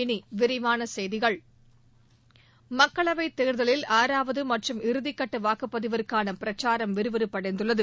இனி விரிவான செய்திகள் மக்களவை தேர்தலில் ஆறாவது மற்றம் இறதிக்கட்ட வாக்குப்பதிவிற்கான பிரச்சாரம் விறுவிறுப்படைந்துள்ளது